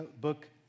book